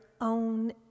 own